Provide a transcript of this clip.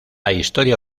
historia